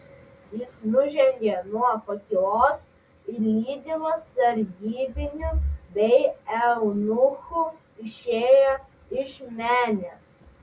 jis nužengė nuo pakylos ir lydimas sargybinių bei eunuchų išėjo iš menės